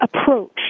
approach